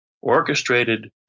orchestrated